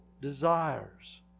desires